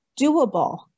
doable